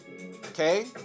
Okay